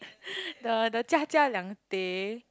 the the Jia-Jia-Liang-Teh